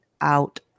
out